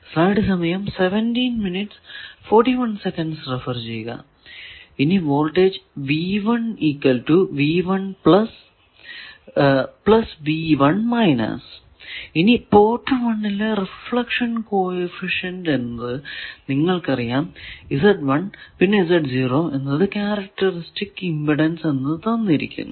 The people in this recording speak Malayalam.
ഇനി വോൾടേജ് ഇനി പോർട്ട് 1 ലെ റിഫ്ലക്ഷൻ കോ എഫിഷ്യന്റ് എന്നത് നിങ്ങൾക്കറിയാം പിന്നെ എന്നത് ക്യാരക്ടറിസ്റ്റിക് ഇമ്പിഡൻസ് എന്ന് തന്നിരിക്കുന്നു